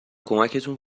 کمکتون